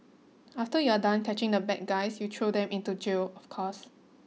after you are done catching the bad guys you throw them into jail of course